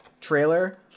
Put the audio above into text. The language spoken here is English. trailer